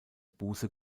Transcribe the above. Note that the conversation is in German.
buße